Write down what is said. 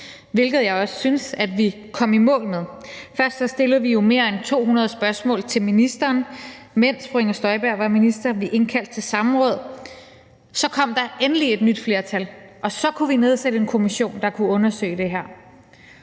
hvilket jeg også synes vi kom i mål med. Først stillede vi jo mere end 200 spørgsmål til fru Inger Støjberg, mens hun var minister, og vi indkaldte til samråd. Så kom der endelig et nyt flertal, og så kunne vi nedsætte en kommission, der kunne undersøge det her,